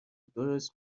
درست